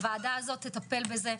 הוועדה הזאת תטפל בזה,